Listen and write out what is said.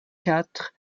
quatre